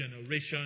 generation